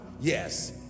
Yes